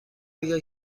اگر